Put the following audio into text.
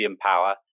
Power